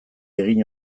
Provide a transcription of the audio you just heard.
egin